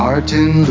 Martin